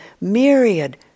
myriad